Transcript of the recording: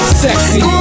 sexy